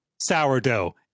sourdough